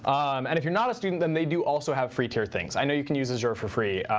um and if you're not a student, then they do also have free tier things. i know you can use azure for free